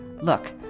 Look